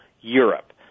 Europe